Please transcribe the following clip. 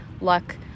luck